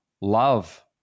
love